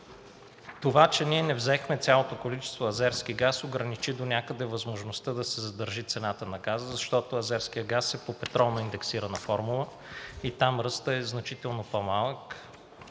Това, че ние не взехме цялото количество азерски газ, ограничи донякъде възможността да се задържи цената на газа, защото азерският газ е по петролно индексирана формула и там ръстът е значително по-малък.